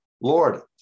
Lord